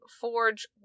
Forge